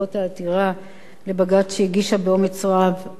לבג"ץ שהגישה באומץ רב הגברת אורית גורן.